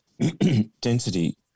density